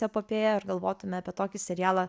epopėją ir galvotume apie tokį serialą